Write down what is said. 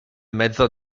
mezzo